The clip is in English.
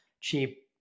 cheap